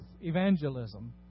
evangelism